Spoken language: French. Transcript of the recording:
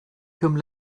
comme